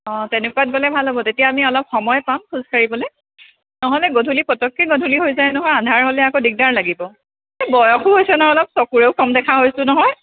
অ' তেনেকুৱাত গ'লে ভাল হ'ব তেতিয়া আমি অলপ সময় পাম খোজ কাঢ়িবলৈ নহ'লে গধূলি পটককৈ গধূলি হৈ যায় নহয় আন্ধাৰ হ'লে আক' দিগদাৰ লাগিব বয়সো হৈছে নহয় অলপ চকুৰেও কম দেখা হৈছোঁ নহয়